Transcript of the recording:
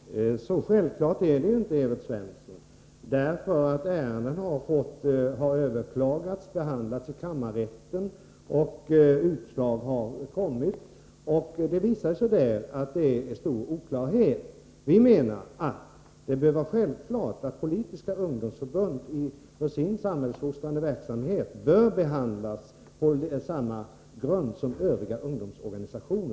Herr talman! Så självklart är det inte, Evert Svensson, för ärenden har överklagats och behandlats av kammarrätten, vars utslag har kommit, och det visar sig där att det råder stor oklarhet. Vi menar att det är självklart att politiska ungdomsförbund för sin samhällsfostrande verksamhet bör behandlas på samma grund som övriga ungdomsorganisationer.